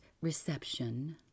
reception